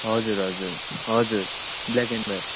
हजुर हजुर हजुर ब्ल्याक एन्ड वाइट